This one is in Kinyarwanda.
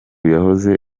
yahoze